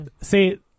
see